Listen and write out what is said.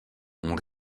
ont